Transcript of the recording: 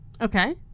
Okay